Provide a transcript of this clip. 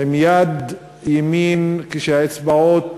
עם יד ימין שאצבעותיה